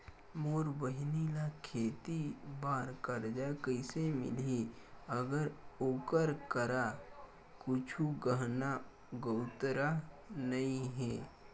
मोर बहिनी ला खेती बार कर्जा कइसे मिलहि, अगर ओकर करा कुछु गहना गउतरा नइ हे?